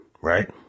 right